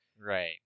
right